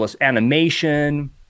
animation